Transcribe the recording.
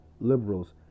liberals